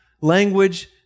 language